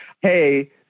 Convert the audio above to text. hey